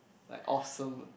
like awesome